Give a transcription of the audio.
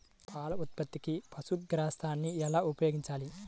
పాల ఉత్పత్తికి పశుగ్రాసాన్ని ఎలా ఉపయోగించాలి?